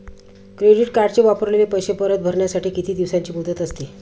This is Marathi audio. क्रेडिट कार्डचे वापरलेले पैसे परत भरण्यासाठी किती दिवसांची मुदत असते?